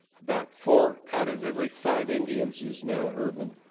about four out of every five indians is now urban.